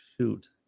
shoot